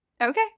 Okay